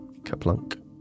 Kaplunk